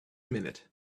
minute